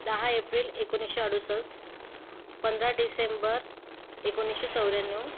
दहा एप्रिल एकोणिसशे अडुसष्ट पंधरा डिसेंबर एकोणिसशे चौऱ्याण्णव